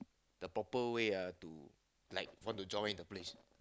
the proper way ah to like want to join the place